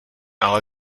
ale